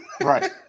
Right